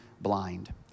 blind